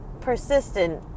persistent